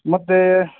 ಮತ್ತು